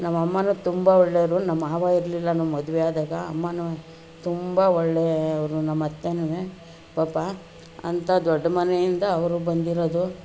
ನಮ್ಮ ಅಮ್ಮನೂ ತುಂಬ ಒಳ್ಳೆಯವ್ರು ನಮ್ಮ ಮಾವ ಇರಲಿಲ್ಲ ನಮ್ಮ ಮದುವೆ ಆದಾಗ ಅಮ್ಮನೂ ತುಂಬ ಒಳ್ಳೆಯ ಅವರು ನಮ್ಮ ಅತ್ತೆನೂ ಪಾಪ ಅಂಥ ದೊಡ್ಡ ಮನೆಯಿಂದ ಅವರು ಬಂದಿರೋದು